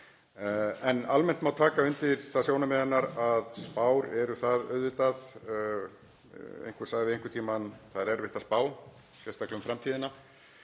en almennt má taka undir það sjónarmið hennar að spár eru auðvitað — eins og einhver sagði einhvern tímann, það er erfitt að spá, sérstaklega um framtíðina.